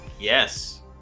Yes